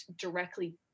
directly